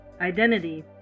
identity